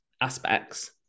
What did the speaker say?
aspects